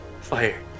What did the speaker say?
fire